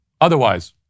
Otherwise